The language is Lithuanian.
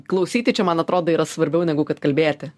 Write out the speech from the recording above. klausyti čia man atrodo yra svarbiau negu kad kalbėti